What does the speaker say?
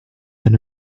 than